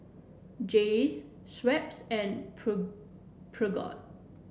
Jays Schweppes and Peugeot